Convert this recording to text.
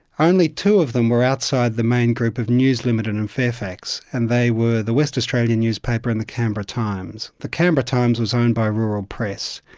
only two of them were outside the main group of news ltd and fairfax, and they were the west australian newspaper and the canberra times. the canberra times was owned by rural press.